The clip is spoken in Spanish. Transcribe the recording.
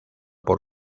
por